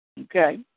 Okay